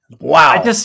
Wow